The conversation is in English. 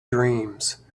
dreams